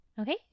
Okay